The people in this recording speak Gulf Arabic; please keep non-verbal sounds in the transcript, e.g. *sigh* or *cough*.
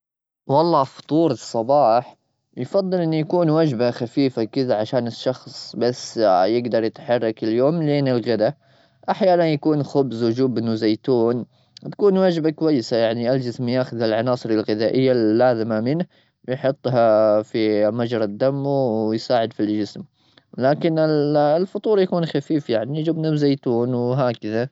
والله، فطور الصباح يفضل إنه يكون وجبة خفيفة كذا عشان الشخص بس يقدر يتحرك اليوم لين يوجده. أحيانًا يكون خبز وجبن وزيتون، تكون وجبة كويسة. يعني الجسم يأخذ العناصر الغذائية اللازمة منه. ويحطها في مجرى الدم ويساعد في الجسم. لكن *hesitation* الفطور يكون خفيف، يعني جبنة وزيتون وهكذا.